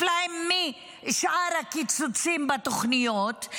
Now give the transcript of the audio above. כפליים משאר הקיצוצים בתוכניות,